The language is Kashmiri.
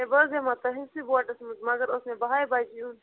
بہٕ حظ یِمہٕ ہا تٕہٕنٛدۍسٕے بوٹَس منٛز مگر اوس مےٚ بَہاے بَجہِ یُن